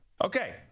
Okay